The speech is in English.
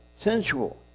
sensual